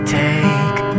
take